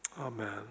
Amen